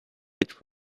which